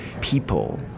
people